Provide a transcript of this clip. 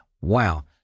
wow